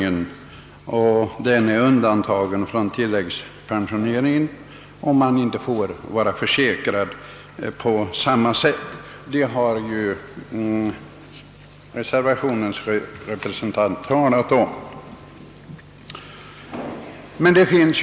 Den som är undantagen från tilläggspensioneringen får inte vara försäkrad för tilläggssjukpenning, i den mån denna baseras på annat förvärvsarbete än anställning, vilket reservanternas talesman berörde.